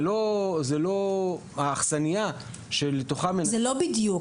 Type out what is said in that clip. זה לא האכסניה שלתוכה --- זה לא בדיוק,